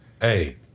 Hey